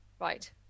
Right